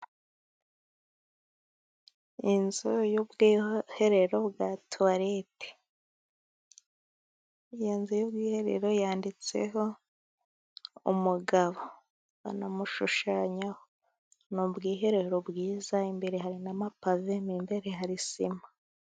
Inzu y'ubwiherero bwa tuwalete. Iyo nzu y' ubwiherero yanditseho umugabo, banamushushanyaho. Ni ubwiherero bwiza, imbere hari n'amapave. Mo imbere hari sima.